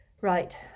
Right